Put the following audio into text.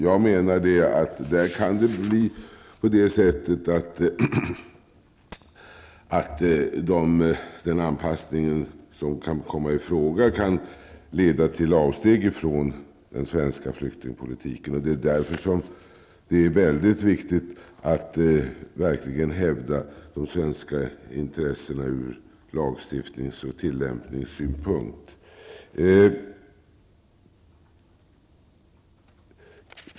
Jag menar att den anpassning som kan komma i fråga kan leda till avsteg från den svenska flyktingpolitiken. Det är därför mycket viktigt att verkligen hävda de svenska intressena ur lagstiftnings och tillämpningssynpunkt.